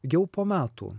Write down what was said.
jau po metų